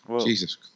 Jesus